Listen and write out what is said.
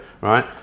right